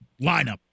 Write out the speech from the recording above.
lineup